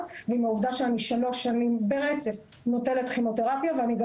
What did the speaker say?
בעובדה שאני שלוש שנים ברצף נוטלת כימותרפיה ואני גם